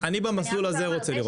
אני במסלול הזה רוצה לראות את זה.